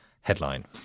headline